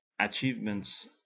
achievements